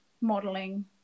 modeling